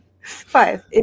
Five